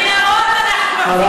למנהרות אנחנו מפסיקים את החשמל.